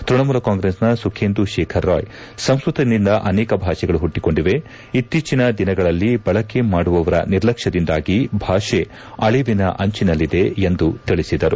ತ್ಸಣಮೂಲ ಕಾಂಗ್ರೆಸ್ನ ಸುಖೇಂದು ಶೇಖರ್ ರಾಯ್ ಸಂಸ್ಕತದಿಂದ ಅನೇಕ ಭಾಷೆಗಳು ಹುಟ್ಲಕೊಂಡಿವೆ ಇತ್ತೀಚಿನ ದಿನಗಳಲ್ಲಿ ಬಳಕೆ ಮಾಡುವವರ ನಿರ್ಲಕ್ಷ್ಯದಿಂದಾಗಿ ಭಾಷೆ ಅಳಿವಿನ ಅಂಚಿನಲ್ಲಿದೆ ಎಂದು ಅವರು ತಿಳಿಸಿದ್ದಾರೆ